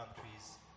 countries